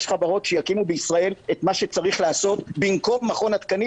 חברות שיקימו בישראל את מה שצריך לעשות במקום מכון התקנים.